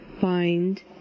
find